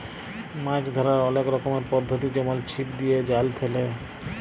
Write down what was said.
মাছ ধ্যরার অলেক রকমের পদ্ধতি যেমল ছিপ দিয়ে, জাল ফেলে